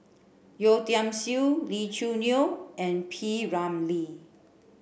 Yeo Tiam Siew Lee Choo Neo and P Ramlee